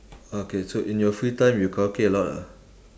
okay so in your free time you karaoke a lot ah